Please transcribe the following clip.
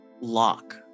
lock